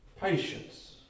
Patience